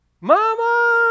mama